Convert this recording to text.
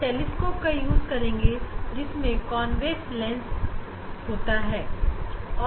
हम टेलीस्कोप का इस्तेमाल करेंगे जिसमें कॉन्वेक्स लेंस होता है